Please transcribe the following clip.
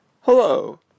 Hello